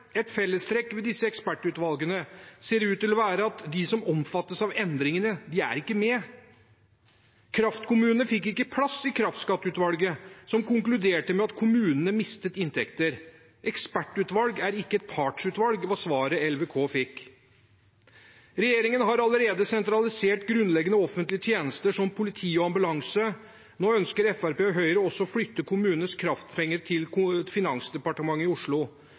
Et fellestrekk ved disse ekspertutvalgene ser ut til å være at de som omfattes av endringene, ikke er med. Kraftkommunene fikk ikke plass i kraftskatteutvalget, som konkluderte med at kommunene vil miste inntekter. Ekspertutvalg er ikke partsutvalg, var svaret Landssamanslutninga av Vasskommunar, LVK, fikk. Regjeringen har allerede sentralisert grunnleggende offentlige tjenester som politi og ambulanse. Nå ønsker Fremskrittspartiet og Høyre også å flytte kommunenes kraftpenger til Finansdepartementet i Oslo.